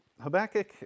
Habakkuk